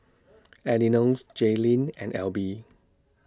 Elenor's Jaylynn and L B